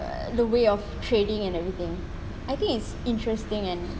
the way of trading and everything I think it's interesting and